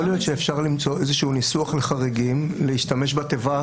יכול להיות שאפשר למצוא איזשהו ניסוח לחריגים להשתמש בתיבה,